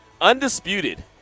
Undisputed